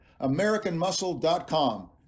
americanmuscle.com